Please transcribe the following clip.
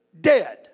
dead